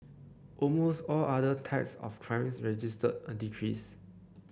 almost all other types of crimes register a decrease